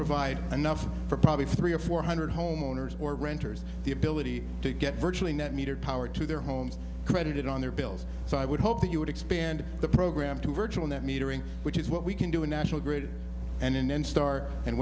provide enough for probably three or four hundred homeowners or renter's the ability to get virtually net metered power to their homes credited on their bills so i would hope that you would expand the program to virtual net metering which is what we can do a national grid and in and start